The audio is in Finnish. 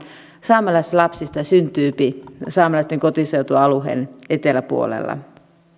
saamelaislapsista syntyypi saamelaisten kotiseutualueen eteläpuolella